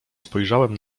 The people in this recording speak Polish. spojrzałem